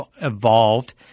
evolved